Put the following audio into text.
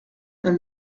and